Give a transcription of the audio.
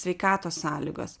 sveikatos sąlygos